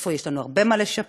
איפה יש לנו הרבה מה לשפר.